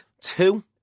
Two